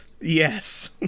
Yes